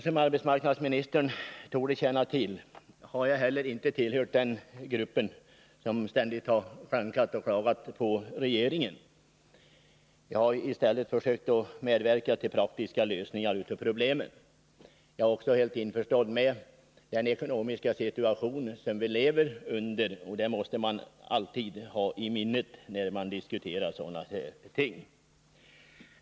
Som arbetsmarknadsministern torde känna till har jag inte tillhört den grupp som ständigt har klankat på regeringen. Jag har i stället försökt medverka till praktiska lösningar av problemen. Jag är också helt medveten om den ekonomiska situation som vi lever i, och den måste man alltid ha i minnet när man diskuterar sådana här ting.